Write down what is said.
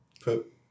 Put